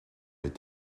est